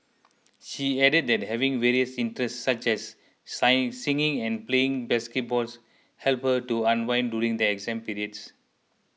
she added that having various interests such as singing and playing basketballs helped her to unwind during the exam period